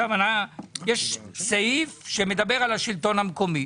יש סעיף שמדבר על השלטון המקומי,